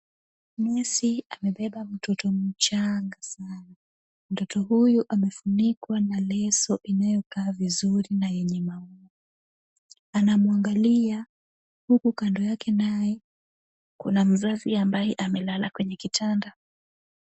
Nesi amebeba mtoto mchanga sana. Mtoto huyu amefunikwa na leso inayokaa vizuri na yenye maua. Anamwangalia huku kando yake naye kuna mzazi ambaye amelala kwenye kitanda.